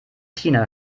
tina